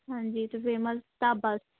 ਹਾਂਜੀ ਅਤੇ ਫੇਮਸ ਢਾਬਾ